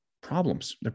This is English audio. problems